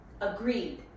Agreed